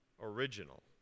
original